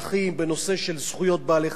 בנושא של זכויות בעלי-חיים,